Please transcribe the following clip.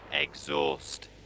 exhaust